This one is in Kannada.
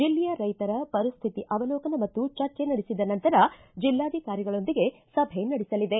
ಜಿಲ್ಲೆಯ ರೈತರ ಪರಿಸ್ತಿತಿ ಅವಲೋಕನ ಮತ್ತು ಚರ್ಚೆ ನಡೆಸಿದ ನಂತರ ಜಿಲ್ಲಾಧಿಕಾರಿಗಳೊಂದಿಗೆ ಸಭೆ ನಡೆಸಲಿದೆ